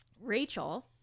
Rachel